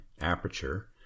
aperture